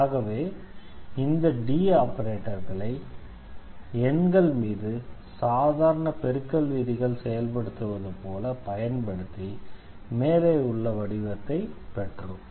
ஆகவே இந்த D ஆபரேட்டர்களை சாதாரண பெருக்கல் விதிகள் செயல்படுத்துவது போல பயன்படுத்தி மேலே உள்ள வடிவத்தை பெற்றோம்